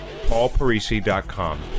paulparisi.com